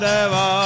Deva